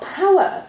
power